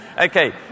Okay